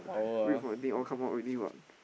read from the thing all come out already [what]